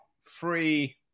free